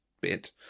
bit